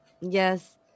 Yes